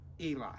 eli